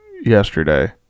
Yesterday